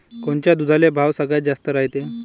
कोनच्या दुधाले भाव सगळ्यात जास्त रायते?